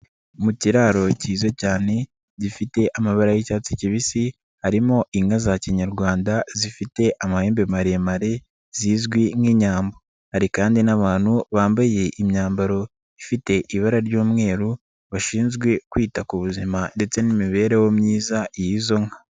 Mu kiraro cyiza cyane gifite amabara y'icyatsi kibisi, harimo inka za Kinyarwanda zifite amahembe maremare zizwi nk'inyambo, hari kandi n'abantu bambaye imyambaro ifite ibara ry'umweru, bashinzwe kwita ku buzima ndetse n'imibereho myiza y'izo nka.